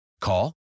Call